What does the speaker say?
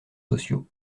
sociaux